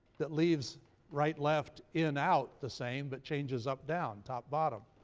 that leaves right left, in out the same, but changes up down, top bottom.